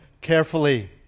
carefully